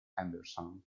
henderson